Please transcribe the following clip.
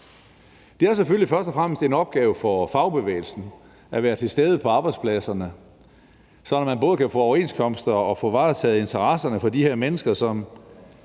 først og fremmest en opgave for fagbevægelsen at være til stede på arbejdspladserne, sådan at man både kan få overenskomster og få varetaget interesserne for de her mennesker,